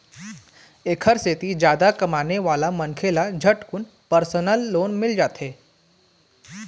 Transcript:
एखरे सेती जादा कमाने वाला मनखे ल झटकुन परसनल लोन मिल जाथे